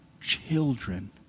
Children